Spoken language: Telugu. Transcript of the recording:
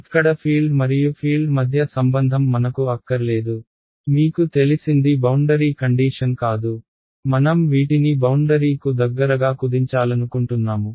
ఇక్కడ ఫీల్డ్ మరియు ఫీల్డ్ మధ్య సంబంధం మనకు అక్కర్లేదు మీకు తెలిసింది బౌండరీ కండీషన్ కాదు మనం వీటిని బౌండరీ కు దగ్గరగా కుదించాలనుకుంటున్నాము